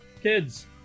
kids